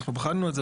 אנחנו בחנו את זה,